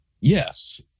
Yes